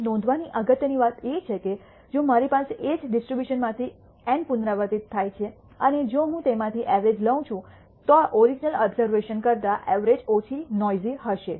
અહીં નોંધવાની અગત્યની વાત એ છે કે જો મારી પાસે એ જ ડિસ્ટ્રીબ્યુશન માંથી એન પુનરાવર્તિત થાય છે અને જો હું તેમાંથી ઐવ્રજ લઉં છું તો ઑરિજિનલ ઓબઝર્વેશન્સ કરતા ઐવ્રજ ઓછી નૉઇજ઼ી હશે